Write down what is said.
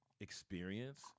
experience